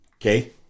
Okay